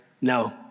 No